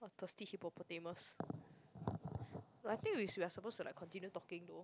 thirsty hippopotamus I think we should are supposed to like continue talking though